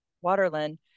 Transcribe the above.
Waterland